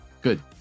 good